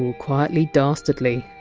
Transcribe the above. and quietly dastardly.